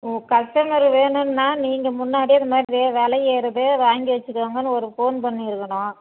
ஓ customer வேணுன்னால் நீங்கள் முன்னாடியே இது மாதிரி விலை ஏறுது வாங்கி வச்சுக்கோங்கன்னு ஒரு ஃபோன் பண்ணியிருக்கணும்